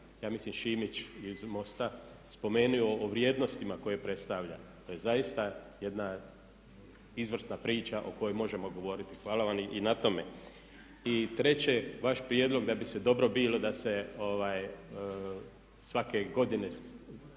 ja mislim Šimić iz MOST-a spomenuo o vrijednostima koje predstavlja. To je zaista jedna izvrsna priča o kojoj možemo govoriti. Hvala vam i na tome. I treće, vaš prijedlog da bi se dobro bilo da se svake godine,